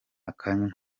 akanywa